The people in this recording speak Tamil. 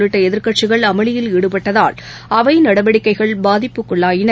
இரு உள்ளிட்டஎதிர்கட்சிகள் அமளியில் ஈடுபட்டதால் அவைநடவடிக்கைகள்பாதிப்புக்குள்ளாயின